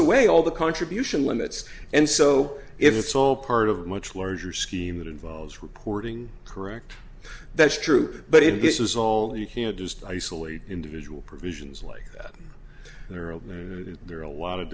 away all the contribution limits and so if it's all part of a much larger scheme that involves reporting correct that's true but in this is all you can just isolated individual provisions like there are there are a lot of